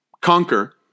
conquer